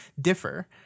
differ